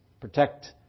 Protect